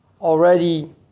already